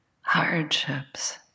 hardships